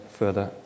further